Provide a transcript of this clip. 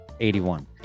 81